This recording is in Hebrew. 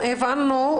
הבנו,